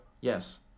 Yes